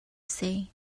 say